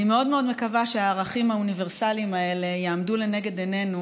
אני מאוד מאוד מקווה שהערכים האוניברסליים האלה יעמדו לנגד עינינו